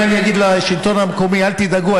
אם אני אגיד לשלטון המקומי: אל תדאגו,